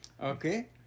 Okay